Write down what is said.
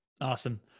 Awesome